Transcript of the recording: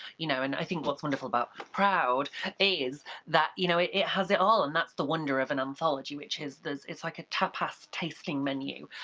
you know, and i think what's wonderful about proud is that you know, it has it all, and that's the wonder of an anthology which is that it's like a tapas tasting menu.